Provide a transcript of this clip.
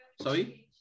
Sorry